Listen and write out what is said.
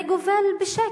זה גובל בשקר.